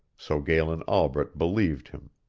so galen albret believed him.